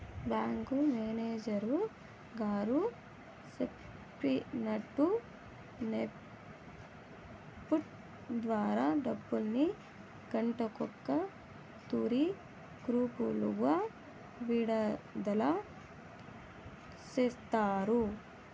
bank manager గారు సెప్పినట్టు NEFT ద్వారా డబ్బుల్ని గంటకో తూరి గ్రూపులుగా విడదల సేస్తారు